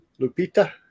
Lupita